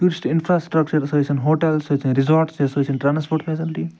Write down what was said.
tourist infrastructures ٲسِن hotels ٲسِن resorts ٲسِن ٹرٛانسپوٹ فیسلٹی